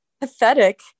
pathetic